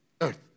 earth